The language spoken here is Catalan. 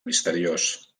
misteriós